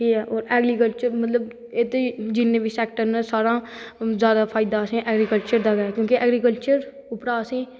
ठीक ऐ और ऐग्राकल्चर मतलव इत्थें जिन्ने बी सैक्टर न सारैं शा जादा फायदा असेंगी ऐग्रीकल्चर दा गै क्योंकि ऐग्रीकल्चर उप्परा दा असें